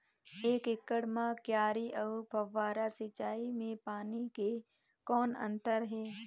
एक एकड़ म क्यारी अउ फव्वारा सिंचाई मे पानी के कौन अंतर हे?